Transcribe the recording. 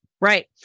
right